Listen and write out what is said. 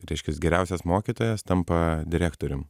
reiškias geriausias mokytojas tampa direktorium